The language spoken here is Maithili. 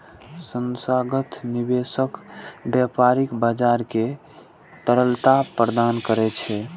संस्थागत निवेशक व्यापारिक बाजार कें तरलता प्रदान करै छै